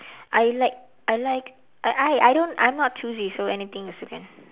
I like I like I I I don't I'm not choosy so anything also can